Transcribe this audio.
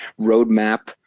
roadmap